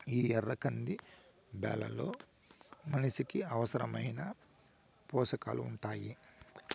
ఈ ఎర్ర కంది బ్యాళ్ళలో మనిషికి అవసరమైన పోషకాలు ఉంటాయి